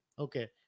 Okay